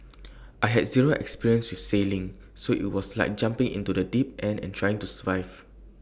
I had zero experience with sailing so IT was like jumping into the deep end and trying to survive